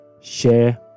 share